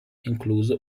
incluso